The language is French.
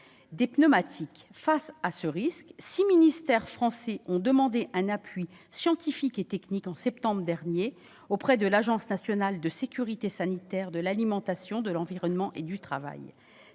des pneumatiques. Face à ce risque, six ministères français ont demandé un appui scientifique et technique, en septembre dernier, à l'Agence nationale de sécurité sanitaire de l'alimentation, de l'environnement et du travail,